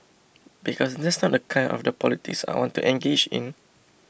because that's not the kind of the politics I want to engage in